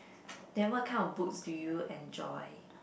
then what kind of books do you enjoy